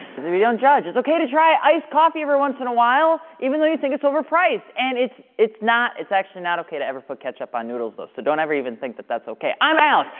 cause if you don't judge, it's okay to try iced coffee every once in a while, even though you think it's overpriced. and it's, it's not, it's actually not okay to ever put ketchup on noodles though, so don't ever even think that that's okay. i'm alex,